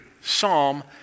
Psalm